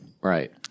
right